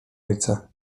ojca